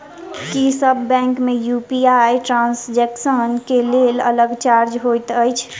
की सब बैंक मे UPI transaction केँ लेल अलग चार्ज होइत अछि?